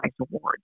awards